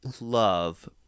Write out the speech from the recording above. love